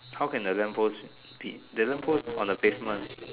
how can the lamp post be the lamp post on the pavement